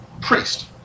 priest